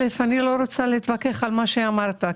אני לא רוצה להתווכח עם מה שאמרת,